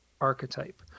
archetype